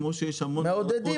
כמו שיש המון מערכות --- מעודדים,